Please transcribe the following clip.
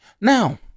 Now